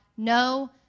no